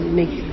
make